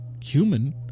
human